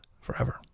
forever